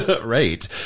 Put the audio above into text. right